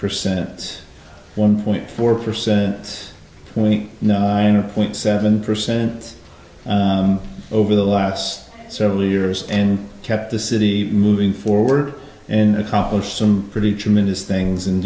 percent one point four percent twenty nine point seven percent over the last several years and kept the city moving forward in accomplish some pretty tremendous things